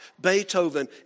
Beethoven